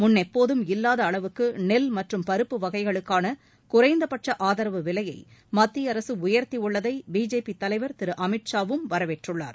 முன்ளப்போதும் இல்லாத அளவுக்கு நெல் மற்றும் பருப்பு வகைகளுக்கான குறைந்த பட்ச ஆதரவு விலையை மத்திய அரசு உயர்த்தியுள்ளதை பிஜேபி தலைவர் திரு அமித் ஷாவும் வரவேற்றுள்ளார்